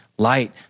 Light